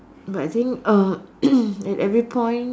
but I think uh at every point